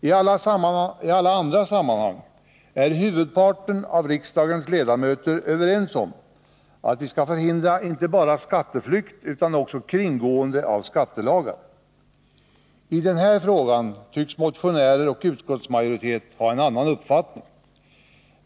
Talla andra sammanhang är huvudparten av riksdagens ledamöter överens om att vi skall förhindra inte bara skatteflykt utan också kringgående av skattelagar. I den här frågan tycks motionärer och utskottsmajoritet ha en annan uppfattning.